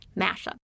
mashup